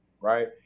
right